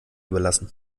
überlassen